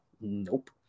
Nope